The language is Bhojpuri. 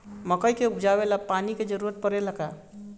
मकई के उपजाव ला पानी के जरूरत परेला का?